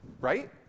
Right